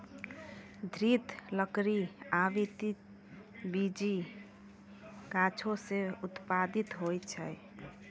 दृढ़ लकड़ी आवृति बीजी गाछो सें उत्पादित होय छै?